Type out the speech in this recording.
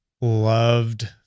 Loved